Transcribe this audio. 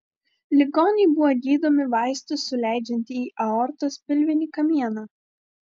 ligoniai buvo gydomi vaistus suleidžiant į aortos pilvinį kamieną